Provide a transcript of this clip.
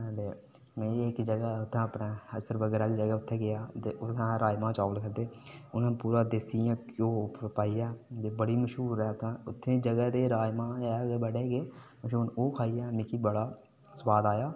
ते में एह् जेह्की जगहा उत्थै अपने अस्सर बग्गर आह्ली साईड़ ते उत्थै गेआ ते उत्थै राजमां चोल बड़े ते उ'नें पूरा देसी इं'या घ्यो पाइयै बड़ी मशहूर ऐ उत्थूं दी ते उत्थूं दे राजमां गै बड़े गै ओह् खाइयै मिगी बड़ा सोआद आया